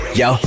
yo